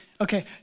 Okay